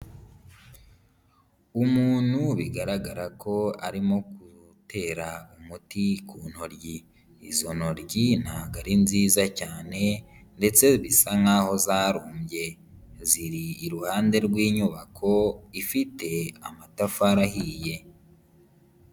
Umuntu bigaragara ko arimo gutera umuti ku ntoryi. Izo ntoryi ntago ari nziza cyane ndetse bisa nkaho zarumbye, ziri iruhande rw'inyubako ifite amatafari ahiye.